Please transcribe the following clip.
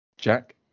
Jack